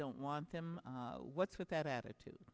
don't want them what's with that attitude